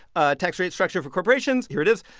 ah tax rate structure for corporations. here it is.